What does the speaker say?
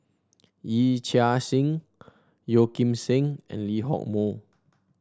Yee Chia Hsing Yeo Kim Seng and Lee Hock Moh